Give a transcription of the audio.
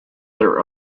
their